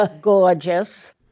Gorgeous